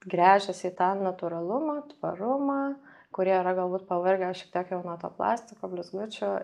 gręžiasi į tą natūralumą tvarumą kurie yra galbūt pavargę šiek tiek jau nuo to plastiko blizgučių